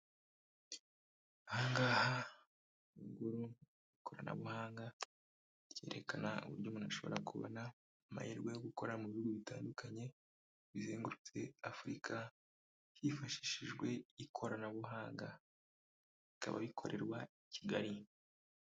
Ahangaha ni ho ikoranabuhanga ryerekana uburyo umuntu ashobora kubona amahirwe yo gukora mu bihugu bitandukanye, bizengurutse Afurika, hifashishijwe ikoranabuhanga. Rikaba rikorerwa i kigali.